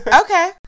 Okay